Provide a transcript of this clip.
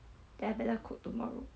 等下等下 cook tomorrow